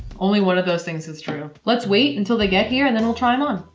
only one of those things is true. let's wait until they get here and then we'll try them on.